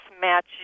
match